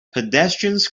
pedestrians